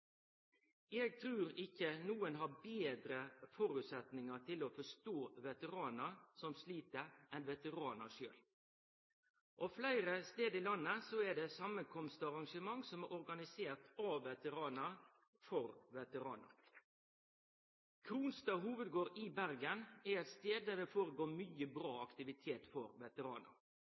Eg trur ikkje nokon har betre føresetnader til å forstå veteranar som slit, enn veteranane sjølve. Fleire stader i landet er det tilstellingar og arrangement som er organiserte av veteranar for veteranar. Kronstad Hovedgård i Bergen er ein stad der det går føre seg mykje bra aktivitet for veteranar.